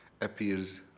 appears